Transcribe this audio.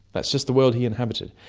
that's just the world he inhabited.